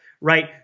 Right